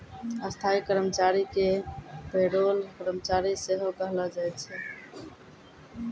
स्थायी कर्मचारी के पे रोल कर्मचारी सेहो कहलो जाय छै